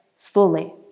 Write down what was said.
slowly